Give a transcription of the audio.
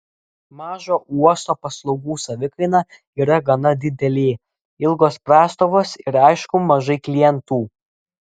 mažo uosto paslaugų savikaina yra gana didelė ilgos prastovos ir aišku mažai klientų